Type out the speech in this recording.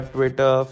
Twitter